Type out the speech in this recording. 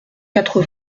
quatre